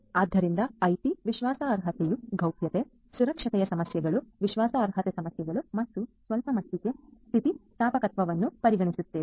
ಆದ್ದರಿಂದ ಐಟಿ ವಿಶ್ವಾಸಾರ್ಹತೆಯು ಗೌಪ್ಯತೆ ಸುರಕ್ಷತೆಯ ಸಮಸ್ಯೆಗಳು ವಿಶ್ವಾಸಾರ್ಹತೆಯ ಸಮಸ್ಯೆಗಳು ಮತ್ತು ಸ್ವಲ್ಪ ಮಟ್ಟಿಗೆ ಸ್ಥಿತಿಸ್ಥಾಪಕತ್ವವನ್ನು ಪರಿಗಣಿಸುತ್ತದೆ